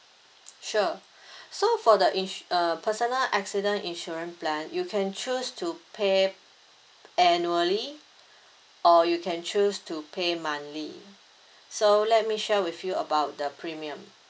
sure so for the ins~ uh personal accident insurance plan you can choose to pay annually or you can choose to pay monthly so let me share with you about the premium